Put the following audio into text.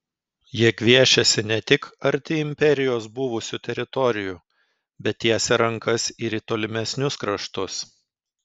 jie gviešiasi ne tik arti imperijos buvusių teritorijų bet tiesia rankas ir į tolimesnius kraštus